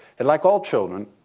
and like all children,